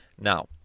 Now